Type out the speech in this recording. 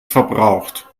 verbraucht